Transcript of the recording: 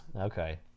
Okay